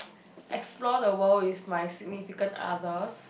explore the world with my significant others